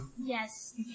Yes